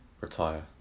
retire